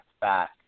back